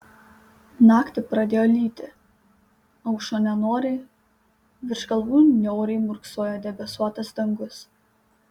naktį pradėjo lyti aušo nenoriai virš galvų niauriai murksojo debesuotas dangus